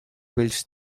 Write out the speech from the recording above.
vells